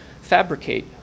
fabricate